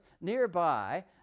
nearby